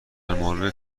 مورد